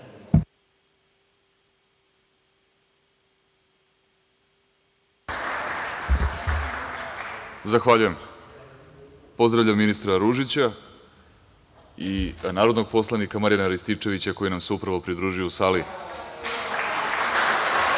Zahvaljujem. Pozdravljam ministra Ružića i narodnog poslanika Marijana Rističevića koji nam se upravo pridružio u sali.